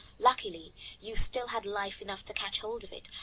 luckily you still had life enough to catch hold of it,